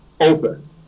open